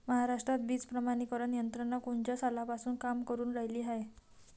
महाराष्ट्रात बीज प्रमानीकरण यंत्रना कोनच्या सालापासून काम करुन रायली हाये?